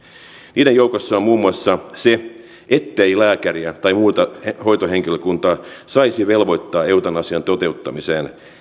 niiden joukossa on muun muassa se ettei lääkäriä tai muuta hoitohenkilökuntaa saisi velvoittaa eutanasian toteuttamiseen